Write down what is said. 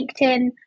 LinkedIn